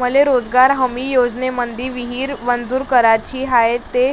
मले रोजगार हमी योजनेमंदी विहीर मंजूर कराची हाये त